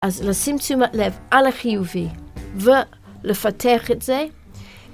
אז לשים תשומת לב על החיובי ולפתח את זה